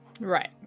Right